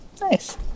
Nice